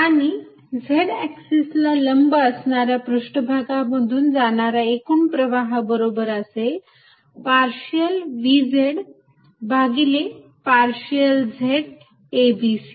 आणि z axis ला लंब असणाऱ्या पृष्ठभागांमधून जाणारा एकूण प्रवाह बरोबर असेल पार्शियल Vz भागिले पार्शियल z abc